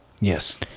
Yes